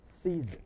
season